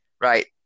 right